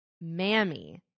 Mammy